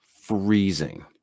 freezing